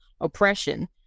oppression